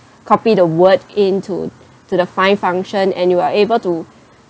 copy the word into to the find function and you are able to